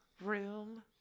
room